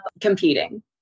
competing